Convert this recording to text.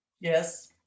Yes